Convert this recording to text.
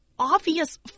obvious